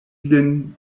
lin